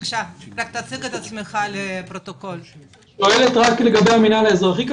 את מדברת רק לגבי המנהל האזרחי?